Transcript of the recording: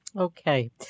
Okay